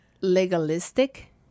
legalistic